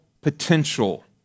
potential